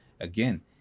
again